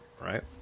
right